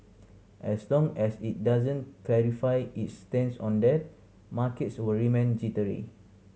as long as it doesn't clarify its stance on that markets will remain jittery